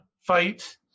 fight